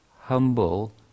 humble